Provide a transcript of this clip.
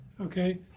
okay